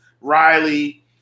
Riley